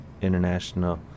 International